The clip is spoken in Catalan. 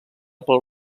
pel